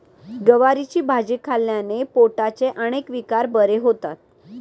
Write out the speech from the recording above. गवारीची भाजी खाल्ल्याने पोटाचे अनेक विकार बरे होतात